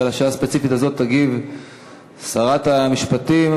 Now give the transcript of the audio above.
ועל השאלה הספציפית הזאת תגיב שרת המשפטים,